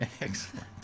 Excellent